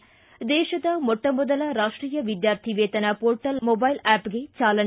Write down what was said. ದೇಶದ ಮೊಟ್ಟ ಮೊದಲ ರಾಷ್ಟೀಯ ವಿದ್ಯಾರ್ಥಿ ವೇತನ ಪೋರ್ಟ್ಲ್ ಮೊಬೈಲ್ ಆಪ್ಗೆ ಚಾಲನೆ